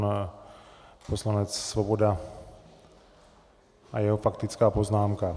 Pan poslanec Svoboda a jeho faktická poznámka.